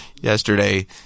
yesterday